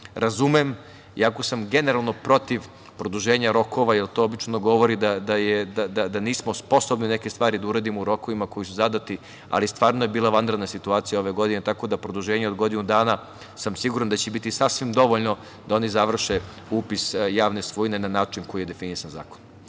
Razumem, iako sam generalno protiv produženja rokova, jer to obično govori da nismo sposobni da neke stvari uradimo u rokovima koji su zadati, ali stvarno je bila vanredna situacija ove godine, tako da produženje od godinu dana sam siguran da će biti sasvim dovoljno da oni završe upis javne svojine na način koji je definisan zakonom. Još